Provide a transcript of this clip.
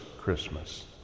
Christmas